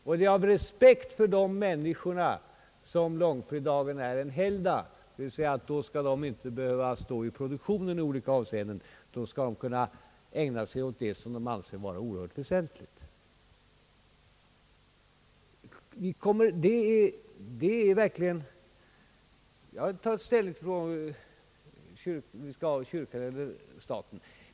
Det är av respekt för dessa människor som långfredagen är helgdagar bestämd att vara helgdag, d.v.s. de skall då inte behöva verka i produktionen i olika avseenden utan de skall kunna ägna sig åt det som de anser oerhört väsentligt. Jag har inte tagit ställning i frågan om kyrkan skall skiljas från staten.